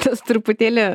tas truputėlį